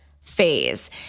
phase